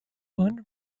one